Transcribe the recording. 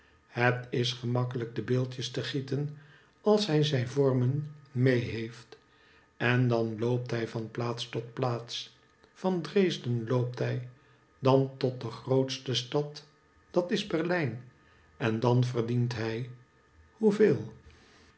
het is gemakkelijk de beeldjes te gieten als hij zijn vormen mee heeft en dan loopt hij van plaats tot plaats van dresden loopt hij dan tot de grootste stad dat is berlijn en dan verdient hij